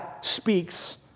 speaks